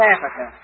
Africa